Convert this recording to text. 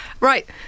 Right